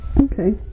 okay